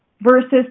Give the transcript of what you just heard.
versus